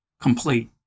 complete